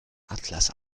atlas